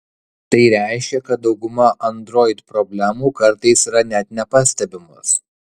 tai reiškia kad dauguma android problemų kartais yra net nepastebimos